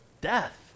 Death